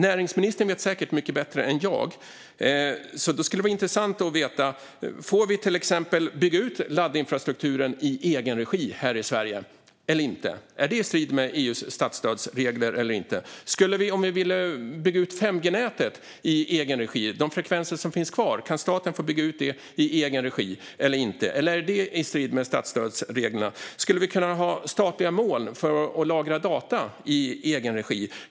Näringsministern vet säkert mycket mer än jag om det här, så det skulle vara intressant att veta om vi till exempel får bygga ut laddinfrastrukturen i egen regi här i Sverige eller inte. Är det i strid med EU:s statsstödsregler eller inte? Om vi vill bygga ut 5G-nätet i egen regi, de frekvenser som finns kvar, kan staten då göra det eller inte? Är det i strid med statsstödsreglerna? Skulle vi kunna ha statliga moln för att lagra data i egen regi?